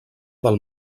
del